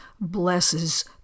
blesses